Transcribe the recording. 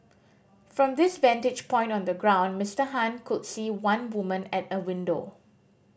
from this vantage point on the ground Mister Han could see one woman at a window